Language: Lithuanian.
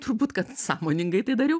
turbūt kad sąmoningai tai dariau